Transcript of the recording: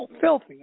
filthy